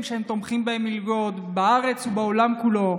שהם תומכים בהם עם מלגות בארץ ובעולם כולו,